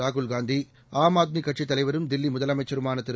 ராகுல் காந்தி ஆம் ஆத்மி கட்சித் தலைவரும் தில்லி முதலமைச்சருமான திரு